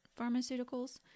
Pharmaceuticals